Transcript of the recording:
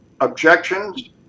objections